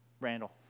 Randall